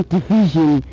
Division